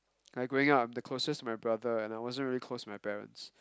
like growing up I'm the closest to my brother and I wasn't really close to my parents